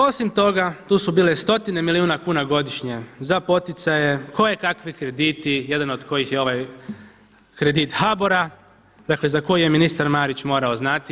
Osim toga, tu su bile stotine milijuna kuna godišnje za poticanje, koje kavi krediti jedan od kojih je ovaj kredit HBOR-a za koji je ministar Marić morao znati.